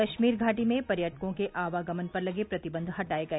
कश्मीर घाटी में पर्यटकों के आवागमन पर लगे प्रतिबंध हटाए गए